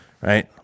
right